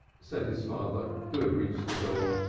said his father, who had reached the door.